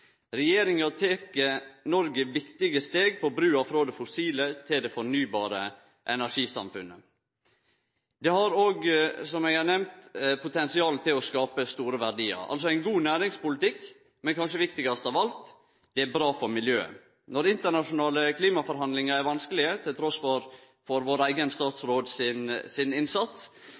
Regjeringa tek Noreg viktige steg vidare på brua frå det fossile til det fornybare energisamfunnet. Det har òg, som eg har nemnt, potensial til å skape store verdiar – altså ein god næringspolitikk – men kanskje det viktigaste av alt er at det er bra for miljøet. Når internasjonale klimaforhandlingar er vanskelege, trass i vår eigen statsråd sin innsats,